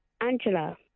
Angela